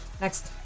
next